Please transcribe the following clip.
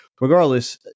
regardless